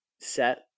set